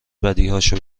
بدیهاشو